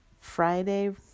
Friday